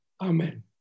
Amen